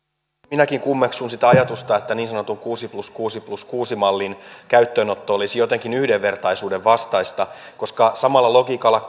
minäkin kummeksun sitä ajatusta että niin sanotun kuusi plus kuusi plus kuusi mallin käyttöönotto olisi jotenkin yhdenvertaisuuden vastaista koska samalla logiikalla